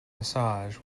massage